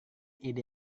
ide